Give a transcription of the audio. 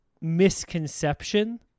misconception